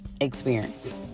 experience